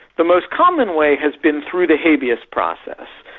the most common way has been through the habeas process.